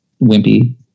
wimpy